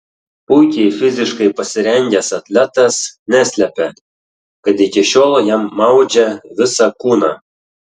puikiai fiziškai pasirengęs atletas neslepia kad iki šiol jam maudžia visą kūną